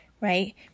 right